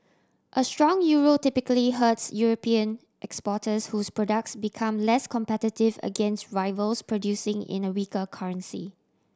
a strong Euro typically hurts European exporters whose products become less competitive against rivals producing in a weaker currency